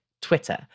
Twitter